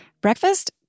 Breakfast